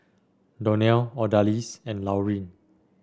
Donell Odalys and Laureen